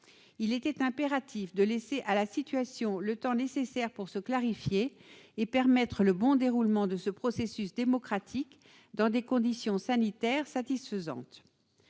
Il était impératif de laisser à la situation le temps nécessaire pour se clarifier et permettre un bon déroulement du processus démocratique, dans des conditions sanitaires satisfaisantes.